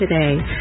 today